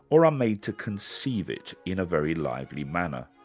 or are made to conceive it in a very lively manner.